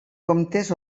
comptes